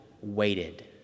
waited